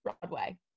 Broadway